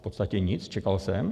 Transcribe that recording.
V podstatě nic, čekal jsem.